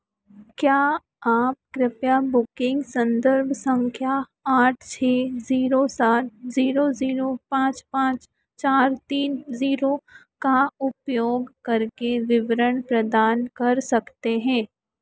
क्या आप कृपया बुकिंग संदर्भ संख्या आठ छः ज़ीरो सात ज़ीरो ज़ीरो पाँच पाँच चार तीन ज़ीरो का उपयोग करके विवरण प्रदान कर सकते हैं